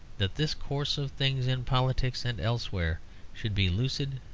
that this course of things in politics and elsewhere should be lucid,